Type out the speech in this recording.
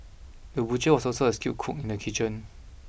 the butcher was also a skilled cook in the kitchen